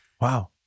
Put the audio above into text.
Wow